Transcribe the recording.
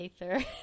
aether